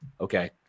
okay